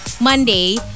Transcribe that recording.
Monday